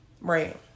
Right